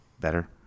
Better